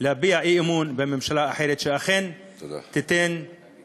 להביע אמון בממשלה אחרת, שאכן, תודה.